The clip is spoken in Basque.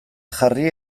jarri